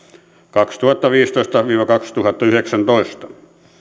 kaksituhattaviisitoista viiva kaksituhattayhdeksäntoista